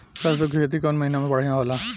सरसों के खेती कौन महीना में बढ़िया होला?